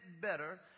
better